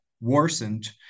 worsened